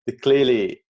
Clearly